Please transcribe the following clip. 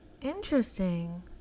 Interesting